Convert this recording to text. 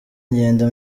ngenda